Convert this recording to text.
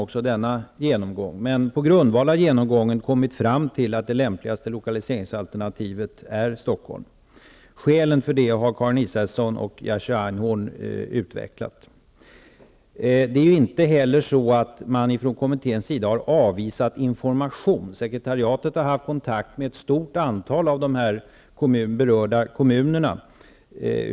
På grundval av genomgången har man dock kommit fram till att det lämpligaste lokaliseringsalternativet är Stockholm. Skälen för detta har Karin Israelsson och Jerzy Einhorn utvecklat. Kommittén har ju inte avvisat information. Sekretariatet har haft kontakt med ett stort antal av de berörda kommunerna.